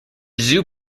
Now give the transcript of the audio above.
zoo